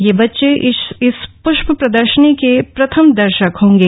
ये बच्चे इस पृष्प प्रदर्शनी के प्रथम दर्शक होंगे